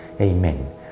Amen